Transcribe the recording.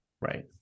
Right